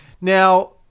Now